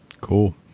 cool